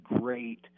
great